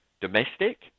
domestic